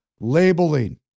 Labeling